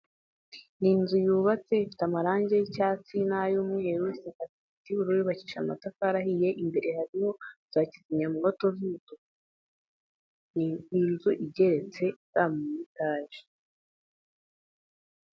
Ni inzu yubatse ifite amarangi y'icyatsi n'ay'umweru, ifitte amabati y'ubururu, yubakije amatafari ahiye, imbere harimo za kizimyamwoto z'umutuku. Ni inzu igeretse ya etaje.